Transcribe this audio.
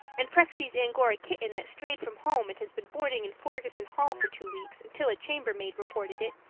and prexy's angora kitten that strayed from home and has been boarding in fergussen hall for two weeks until a chambermaid reported it,